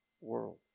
world